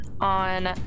On